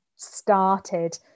started